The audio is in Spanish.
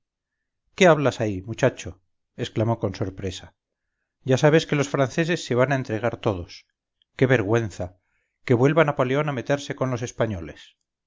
qué hablas ahí muchacho exclamó con sorpresa ya sabes que los franceses se van a entregar todos qué vergüenza que vuelva napoleón a metersecon los españoles